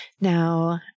Now